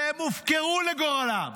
והם הופקרו לגורלם.